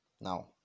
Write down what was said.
now